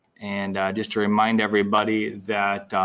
and just to remind everybody that